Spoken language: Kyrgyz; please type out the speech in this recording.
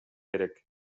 керек